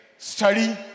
study